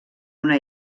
una